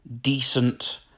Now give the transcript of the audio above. decent